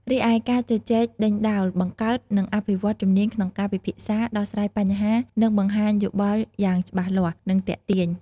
រីឯ ការជជែកដេញដោល បង្កើត និងអភិវឌ្ឍជំនាញក្នុងការពិភាក្សា ដោះស្រាយបញ្ហា និងបង្ហាញយោបល់យ៉ាងច្បាស់លាស់ និងទាក់ទាញ។